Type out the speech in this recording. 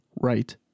Right